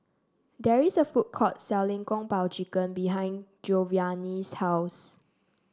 there is a food court selling Kung Po Chicken behind Giovanni's house